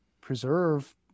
preserve